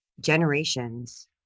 generations